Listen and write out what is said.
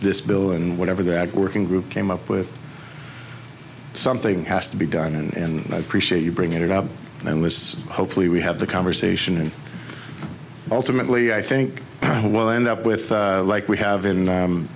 this bill and whatever that working group came up with something has to be done and i appreciate you bring it up and i was hopefully we have the conversation and ultimately i think what i end up with like we have in